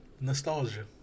nostalgia